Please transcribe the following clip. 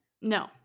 No